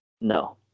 No